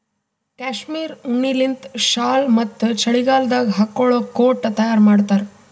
cashmere ಉಣ್ಣಿಲಿಂತ್ ಶಾಲ್ ಮತ್ತ್ ಚಳಿಗಾಲದಾಗ್ ಹಾಕೊಳ್ಳ ಕೋಟ್ ತಯಾರ್ ಮಾಡ್ತಾರ್